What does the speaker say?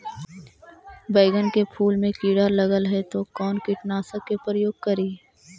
बैगन के फुल मे कीड़ा लगल है तो कौन कीटनाशक के प्रयोग करि?